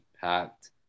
packed